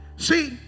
See